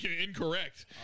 incorrect